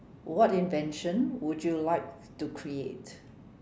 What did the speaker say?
what invention would you like to create